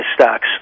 stocks